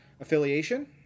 affiliation